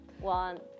One